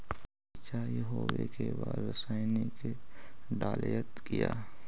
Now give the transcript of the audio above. सीचाई हो बे के बाद रसायनिक डालयत किया?